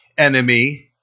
enemy